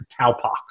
cowpox